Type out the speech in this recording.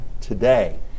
today